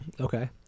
Okay